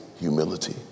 humility